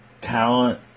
talent